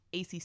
ACC